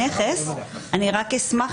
אם יש שאלה יותר קונקרטית, נשמח